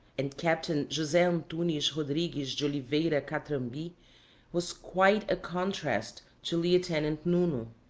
and captain jose antunes rodrigues de oliveira catramby was quite a contrast to lieutenant nuno.